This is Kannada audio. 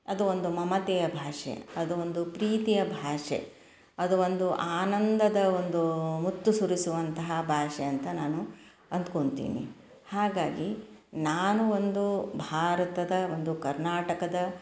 ಅದು ಒಂದು ಮಮತೆಯ ಭಾಷೆ ಅದು ಒಂದು ಪ್ರೀತಿಯ ಭಾಷೆ ಅದು ಒಂದು ಆನಂದದ ಒಂದು ಮುತ್ತು ಸುರಿಸುವಂತಹ ಭಾಷೆ ಅಂತ ನಾನು ಅಂದ್ಕೊತೀನಿ ಹಾಗಾಗಿ ನಾನು ಒಂದು ಭಾರತದ ಒಂದು ಕರ್ನಾಟಕದ